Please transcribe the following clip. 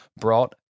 brought